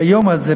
ביום הזה,